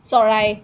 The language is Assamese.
চৰাই